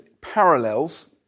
parallels